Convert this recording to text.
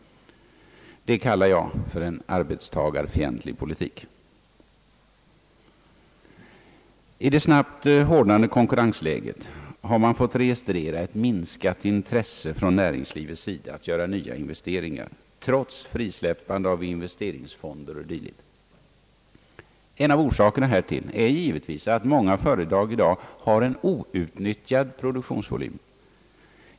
Det kallar jag en arbetstagarfientlig politik. I det snabbt hårdnande konkurrensläget har man fått registrera ett minskat intresse från näringslivets sida att göra nya investeringar, trots frisläppande av investeringsfonder o. d. En av orsakerna härtill är givetvis att många företag i dag har en outnyttjad produktionsvolym.